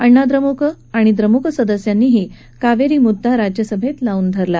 अण्णा द्रमुक आणि द्रमुक सदस्यांनीही कावेरी मुद्दा राज्यसभेत लावून धरला